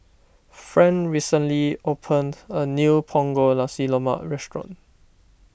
Fran recently opened a new Punggol Nasi Lemak restaurant